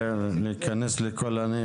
כן צריך להיות בסעיף.